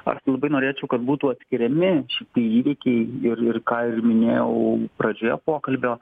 aš labai norėčiau kad būtų atskiriami šitie įvykiai ir ir ką ir minėjau pradžioje pokalbio